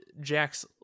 Jack's